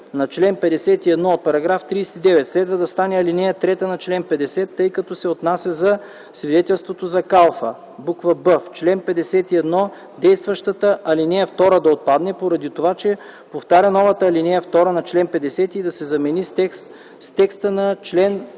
на чл. 51 от § 39 следва да стане ал. 3 на чл. 50, тъй като се отнася за свидетелството за калфа; б) в чл. 51 действащата ал. 2 да отпадне, поради това, че повтаря новата ал. 2 на чл. 50 и да се замени с текста на чл.